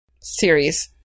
Series